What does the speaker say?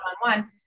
one-on-one